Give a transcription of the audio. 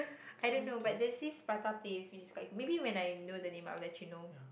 I don't know but there's this Prata place which is quite good maybe when I know the name I will let you know